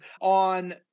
on